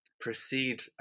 proceed